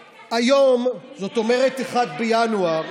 היום, זאת אומרת 1 בינואר,